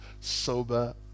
sober